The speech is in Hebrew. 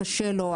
קשה לו,